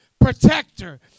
protector